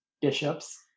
bishops